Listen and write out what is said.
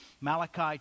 Malachi